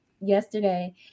yesterday